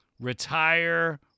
retire